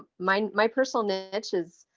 my, my personal niche is.